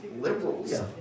liberals